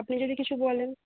আপনি যদি কিছু বলেন